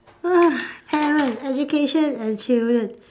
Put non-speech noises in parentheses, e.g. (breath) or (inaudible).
(breath) parent education and children